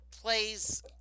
plays